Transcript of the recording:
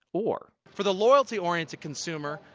or, for the loyalty-oriented consumer,